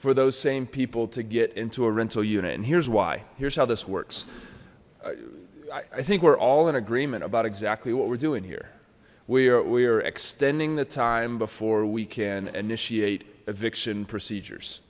for those same people to get into a rental unit and here's why here's how this works i think we're all in agreement about exactly what we're doing here we are we are extending the time before we can initiate eviction procedures